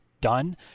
done